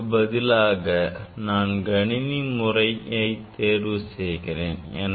அதற்கு பதிலாக நான் கணினி முறையை தேர்வு செய்கிறேன்